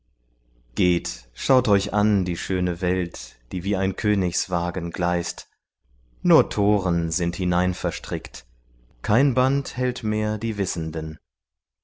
geht schaut euch an die schöne welt die wie ein königswagen gleißt nur toren sind hineinverstrickt kein band hält mehr die wissenden